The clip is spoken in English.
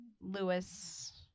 Lewis